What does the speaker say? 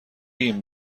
این